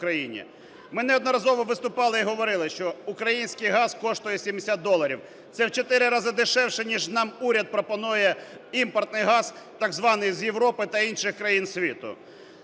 Ми неодноразово виступали і говорили, що український газ коштує 70 доларів – це в 4 рази дешевше, ніж нам уряд пропонує імпортний газ, так званий з Європи та інших країн світу.